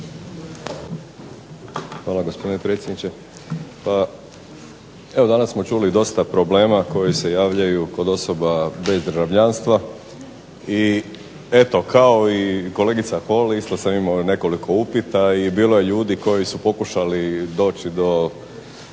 Hvala gospodine predsjedniče. Evo danas smo čuli dosta problema koje se javljaju kod osoba bez državljanstva i eto kao i kolegica Holy imao sam nekoliko upita i bilo je ljudi koji su pokušali doći do